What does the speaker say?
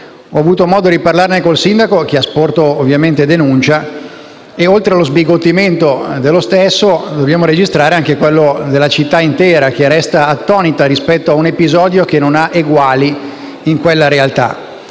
Ho avuto modo di parlarne con il sindaco, che ha sporto ovviamente denuncia, e oltre allo sbigottimento dello stesso, dobbiamo registrare quello della città intera che resta attonita di fronte ad un episodio che non ha eguali in quella realtà.